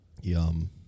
Yum